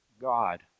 God